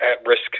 at-risk